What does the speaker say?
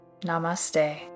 Namaste